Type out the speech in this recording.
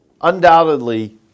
undoubtedly